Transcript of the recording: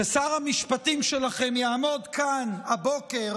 ששר המשפטים שלכם יעמוד כאן הבוקר